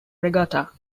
regatta